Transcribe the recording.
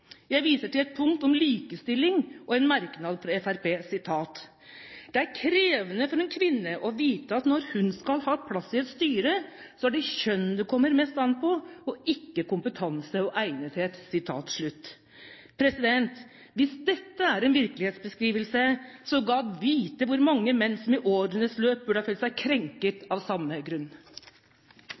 Jeg viser til et punkt om likestilling og en merknad fra Fremskrittspartiet: «Det er krenkende for en kvinne å vite at når hun skal ha plass i et styre, så er det kjønn det kommer mest an på, og ikke kompetanse og egnethet.» Hvis dette er en virkelighetsbeskrivelse, gad vite hvor mange menn som i årenes løp burde ha følt seg krenket av samme grunn!